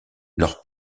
leur